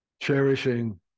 Cherishing